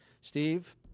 Steve